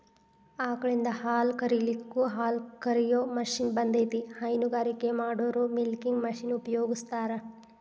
ಆಕಳಿಂದ ಹಾಲ್ ಕರಿಲಿಕ್ಕೂ ಹಾಲ್ಕ ರಿಯೋ ಮಷೇನ್ ಬಂದೇತಿ ಹೈನಗಾರಿಕೆ ಮಾಡೋರು ಮಿಲ್ಕಿಂಗ್ ಮಷೇನ್ ಉಪಯೋಗಸ್ತಾರ